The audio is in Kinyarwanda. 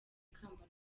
kamba